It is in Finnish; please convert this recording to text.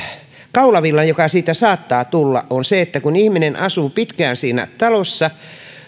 kaulavilla joka siitä saattaa tulla on se että kun ihminen asuu pitkään siinä talossa